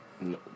No